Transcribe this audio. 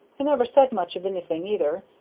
i never said much of anything either,